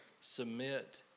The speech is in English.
Submit